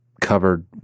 covered